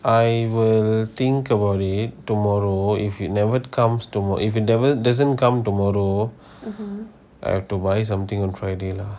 I will think about it tomorrow if you never comes tomo~ if you never doesn't come tomorrow I have to buy something on friday lah